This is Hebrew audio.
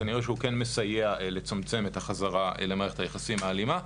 כנראה שהוא כן מסייע לצמצם את החזרה למערכת היחסים האלימה.